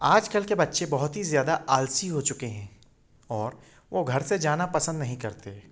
आज कल के बच्चे बहुत ही ज़्यादा आलसी हो चुके हैं और वो घर से जाना पसंद नहीं करते